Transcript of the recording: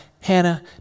Hannah